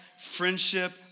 friendship